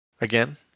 again